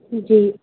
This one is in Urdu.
جی